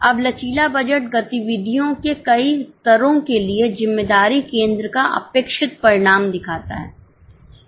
अब लचीला बजट गतिविधियों के कई स्तरों के लिए जिम्मेदारी केंद्र का अपेक्षित परिणाम दिखाता है